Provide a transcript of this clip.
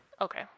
Okay